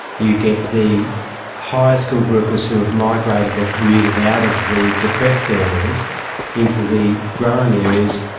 you get the higher skilled workers who have migrated or commuted out of the depressed areas into the growing areas,